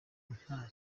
nta